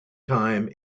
time